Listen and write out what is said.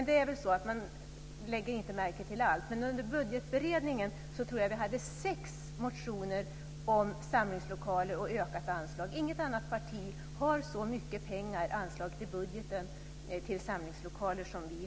Det är väl så att man inte lägger märke till allt, men under budgetberedningen tror jag att vi hade sex motioner om samlingslokaler och ökat anslag. Inget annat parti har så mycket pengar anslaget i budgeten till samlingslokaler som vi.